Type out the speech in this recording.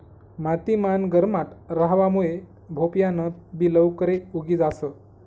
माती मान गरमाट रहावा मुये भोपयान बि लवकरे उगी जास